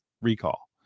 recall